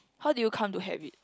how do you come to have it